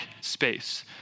space